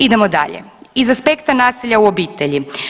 Idemo dalje, iz aspekta nasilja u obitelji.